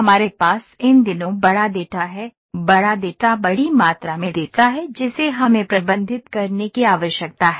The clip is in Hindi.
हमारे पास इन दिनों बड़ा डेटा है बड़ा डेटा बड़ी मात्रा में डेटा है जिसे हमें प्रबंधित करने की आवश्यकता है